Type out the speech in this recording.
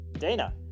Dana